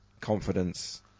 confidence